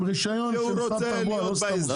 עם רישיון של משרד התחבורה, לא סתם מוסך.